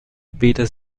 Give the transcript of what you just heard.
weder